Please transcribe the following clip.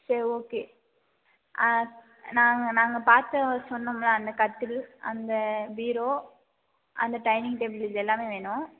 சரி ஓகே ஆ நாங்கள் நாங்கள் பார்த்து சொன்னோம்ல அந்த கட்டில் அந்த பீரோ அந்த டைனிங் டேபிள் இது எல்லாமே வேணும்